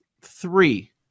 three